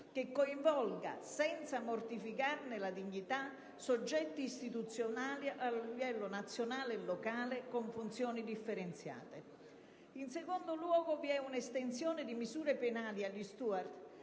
che coinvolga, senza mortificarne la dignità, soggetti istituzionali a livello nazionale e locale con funzioni differenziate. In secondo luogo, vi è un'estensione di misure penali agli *steward*,